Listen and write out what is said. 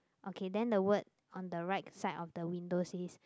okay then the word on the right side of the window says